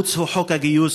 שהתירוץ הוא חוק הגיוס,